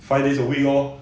five days a week lor